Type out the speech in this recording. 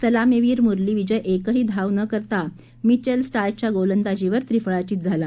सलामीवीर मुरली विजय एकही धाव न करता मिचेल स्टार्कच्या गोलंदाजीवर त्रिफळाचीत झाला